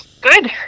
Good